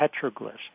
petroglyphs